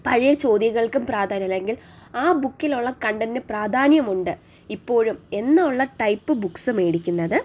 പഴയ ചോദ്യങ്ങൾക്കും പ്രാധാന്യം അല്ലെങ്കിൽ ആ ബുക്കിലുള്ള കണ്ടൻ്റിന് പ്രാധാന്യം ഉണ്ട് ഇപ്പോഴും എന്നുള്ള ടൈപ്പ് ബുക്ക്സ് മേടിക്കുന്നത്